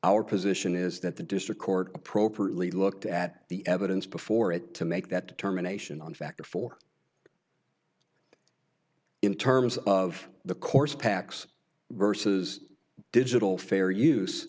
our position is that the district court appropriately looked at the evidence before it to make that determination on factor for in terms of the course packs versus digital fair use